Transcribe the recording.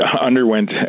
underwent